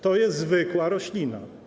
To jest zwykła roślina.